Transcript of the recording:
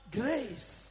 grace